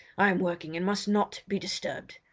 i am working, and must not be disturbed.